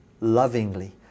lovingly